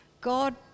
god